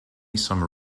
summer